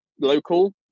local